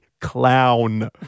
clown